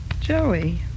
Joey